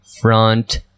front